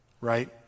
right